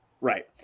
Right